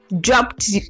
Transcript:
dropped